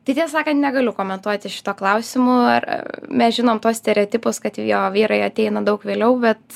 tai tiesą sakant negaliu komentuoti šito klausimu ar mes žinom tuos stereotipus kad jo vyrai ateina daug vėliau bet